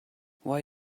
why